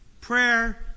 Prayer